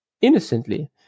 innocently